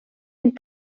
end